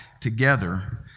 together